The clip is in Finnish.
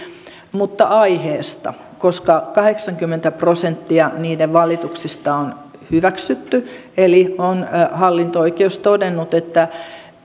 mutta aiheesta koska kahdeksankymmentä prosenttia niiden valituksista on hyväksytty eli hallinto oikeus on todennut että